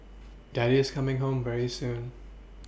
daddy's coming home very soon